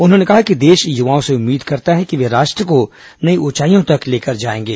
उन्होंने कहा कि देश युवाओं से उम्मीद करता है कि वे राष्ट्र को नई ऊंचाइयों तक लेकर जाएंगे